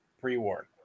pre-war